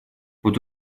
вот